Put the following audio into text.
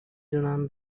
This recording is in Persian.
دونم